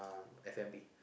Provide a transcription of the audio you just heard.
F-and-B